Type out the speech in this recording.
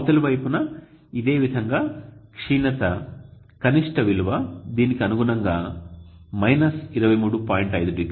అవతలి వైపున ఇదేవిధంగా క్షీణత కనిష్ట విలువ దీనికి అనుగుణంగా 23